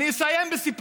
מזל.